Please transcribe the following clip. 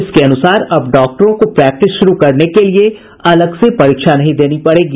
इसके अनुसार अब डाक्टरों को प्रैक्टिस शुरू करने के लिए अलग से परीक्षा नहीं देनी पड़ेगी